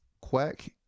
Quack